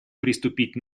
приступить